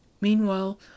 Meanwhile